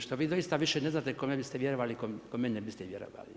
Što vi doista više ne znate kome biste vjerovali, kome ne biste vjerovali.